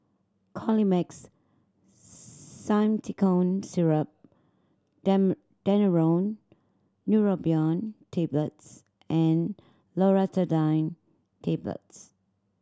Colimix Simethicone Syrup Daneuron Neurobion Tablets and Loratadine Tablets